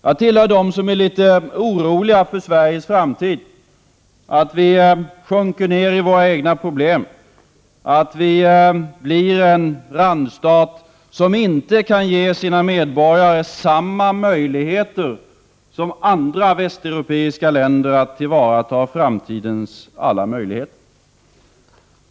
Jag tillhör dem som är litet oroliga för Sveriges framtid, för att vi sjunker ned i våra egna problem, för att Sverige blir en randstat, som inte kan ge sina medborgare samma möjligheter som andra västeuropeiska länder att tillvarata framtidens alla möjligheter.